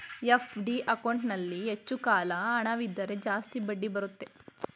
FD ಅಕೌಂಟಲ್ಲಿ ಹೆಚ್ಚು ಕಾಲ ಹಣವಿದ್ದರೆ ಜಾಸ್ತಿ ಬಡ್ಡಿ ಬರುತ್ತೆ